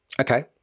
Okay